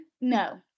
No